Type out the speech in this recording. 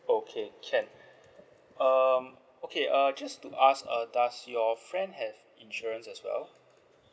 okay can um okay uh just to ask uh does your friend have insurance as well